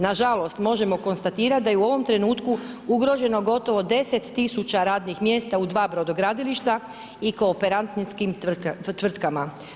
Nažalost, možemo konstatirati da je u ovom trenutku ugroženo gotovo 10000 radnih mjesta u 2 brodogradilišta i kooperantskim tvrtkama.